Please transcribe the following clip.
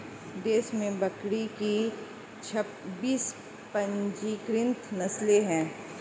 देश में बकरी की छब्बीस पंजीकृत नस्लें हैं